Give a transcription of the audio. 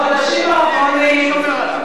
חבר הכנסת דנון.